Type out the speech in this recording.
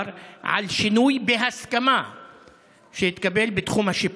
על שינוי בהסכמה שהתקבל בתחום השיפוט.